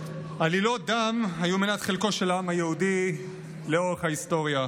עלילות דם היו מנת חלקו של העם היהודי לאורך ההיסטוריה,